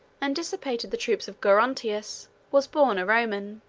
and dissipated the troops of gerontius, was born a roman